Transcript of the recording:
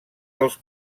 dels